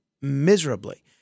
miserably